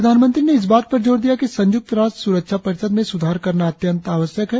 प्रधानमंत्री ने इस बात पर जोर दिया कि संयुक्त राष्ट्र स्रक्षा परिषद में स्धार करना अत्यंत आवश्यक है